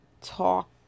talk